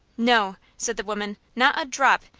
no, said the woman, not a drop!